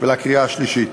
ולקריאה שלישית.